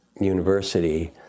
University